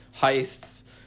heists